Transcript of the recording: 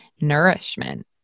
nourishment